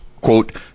quote